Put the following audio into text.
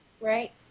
right